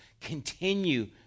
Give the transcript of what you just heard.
Continue